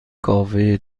کافه